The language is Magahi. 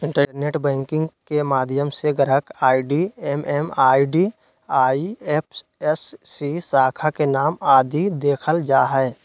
इंटरनेट बैंकिंग के माध्यम से ग्राहक आई.डी एम.एम.आई.डी, आई.एफ.एस.सी, शाखा के नाम आदि देखल जा हय